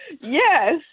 Yes